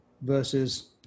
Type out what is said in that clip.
versus